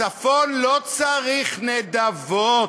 הצפון לא צריך נדבות,